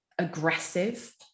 aggressive